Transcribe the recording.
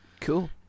cool